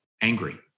angry